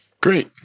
great